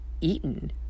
eaten